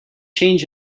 change